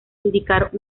indicar